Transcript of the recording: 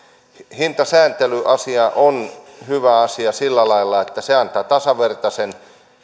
hintasääntelyasia on hyvä asia sillä lailla että se antaa tasavertaisen